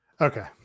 Okay